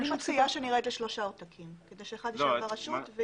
אני מציעה שנרד לשלושה עותקים כדי אחד יישאר ברשות.